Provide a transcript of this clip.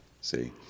see